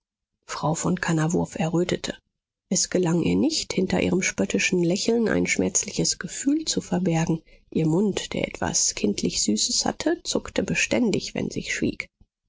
frau von kannawurf errötete es gelang ihr nicht hinter ihrem spöttischen lächeln ein schmerzliches gefühl zu verbergen ihr mund der etwas kindlich süßes hatte zuckte beständig wenn sie schwieg